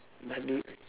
but u~